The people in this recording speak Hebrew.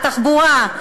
התחבורה,